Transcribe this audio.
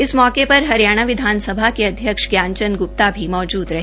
इस मौके पर हरियाणा विधानसभा के अध्यक्ष ज्ञान चंद ग्प्ता भी मौजूद रहे